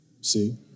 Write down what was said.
see